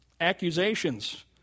accusations